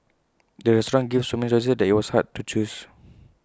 the restaurant gave so many choices that IT was hard to choose